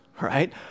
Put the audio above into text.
right